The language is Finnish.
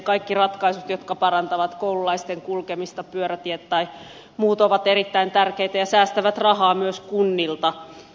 kaikki ratkaisut jotka parantavat koululaisten kulkemista pyörätiet tai muut ovat erittäin tärkeitä ja säästävät rahaa myös kunnilta